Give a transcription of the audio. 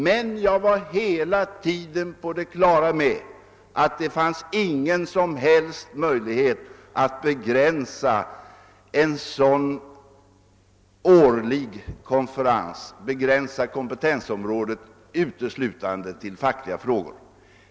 Men jag var hela tiden på det klara med att det inte fanns någon som helst möjlighet att begränsa en årlig värnpliktsriksdags kompetensområde till uteslutande fackliga frågor.